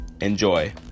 Enjoy